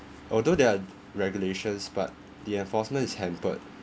although there are regulations but the enforcement is hampered